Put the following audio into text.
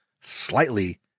slightly